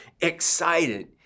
excited